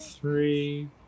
three